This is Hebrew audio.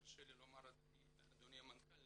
תרשה לי לומר אדוני המנכ"ל.